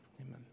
Amen